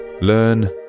learn